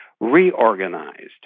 reorganized